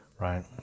right